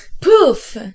Poof